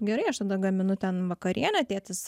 gerai aš tada gaminu ten vakarienę tėtis